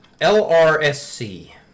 L-R-S-C